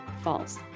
false